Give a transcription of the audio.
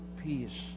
peace